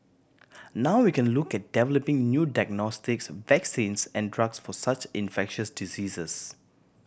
now we can look at developing new diagnostics vaccines and drugs for such infectious diseases